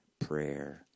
Prayer